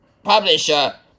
publisher